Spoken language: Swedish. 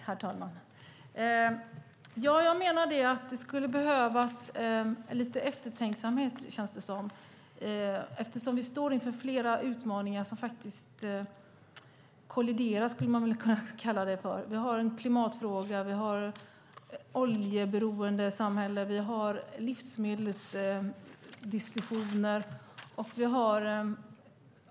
Herr talman! Jag menar att det skulle behövas lite eftertänksamhet. Vi står inför flera utmaningar som kolliderar. Vi har klimatfrågan, vi har ett oljeberoendesamhälle och vi har livsmedelsdiskussioner.